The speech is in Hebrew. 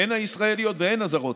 הן הישראליות והן הזרות,